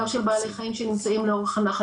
גם של בעלי חיים שנמצאים לאורך הנחל.